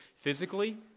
physically